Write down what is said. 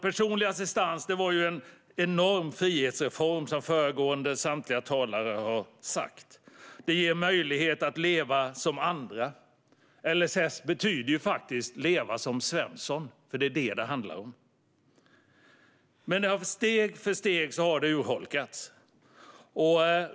Personlig assistans är en stor frihetsreform, som samtliga föregående talare har sagt. Den ger en möjlighet att leva som andra. LSS betyder ju faktiskt Leva som Svensson, för det är vad det handlar om. Men den har steg för steg urholkats.